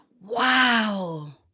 Wow